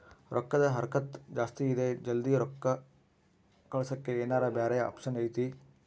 ರೊಕ್ಕದ ಹರಕತ್ತ ಜಾಸ್ತಿ ಇದೆ ಜಲ್ದಿ ರೊಕ್ಕ ಕಳಸಕ್ಕೆ ಏನಾರ ಬ್ಯಾರೆ ಆಪ್ಷನ್ ಐತಿ?